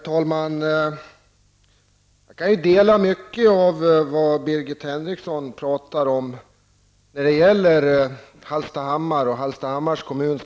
Herr talman! Jag instämmer i mycket av det som Birgit Henriksson talade om när det gäller Hallstahammar och problemen i Hallstahammars kommun.